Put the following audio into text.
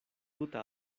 tuta